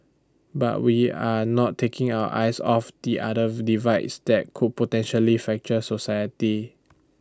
but we are not taking our eyes off the other divides that could potentially fracture society